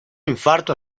infarto